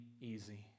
easy